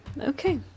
okay